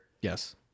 Yes